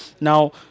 Now